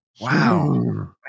Wow